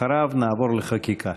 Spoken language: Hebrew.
אחריו נעבור לחקיקה.